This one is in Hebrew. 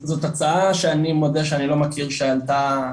זאת הצעה שאני מודה שאני לא מכיר שעלתה.